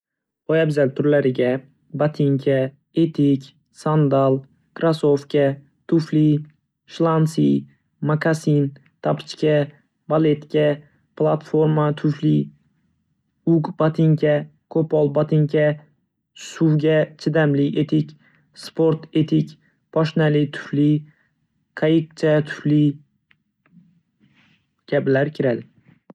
Poyabzal turlariga: Botinka, etik, sandal, krossovka, tufli, slansi, mokasin, tapochka, baletka, platforma tufli, ugg botinka, qo‘pol botinka, suvga chidamli etik, sport etik, poshnali tufli, qayiqcha tufli kabilar kiradi.